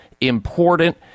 important